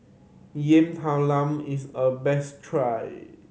Yam Talam is a best try